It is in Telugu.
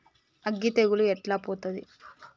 అగ్గి తెగులు ఎట్లా పోతది?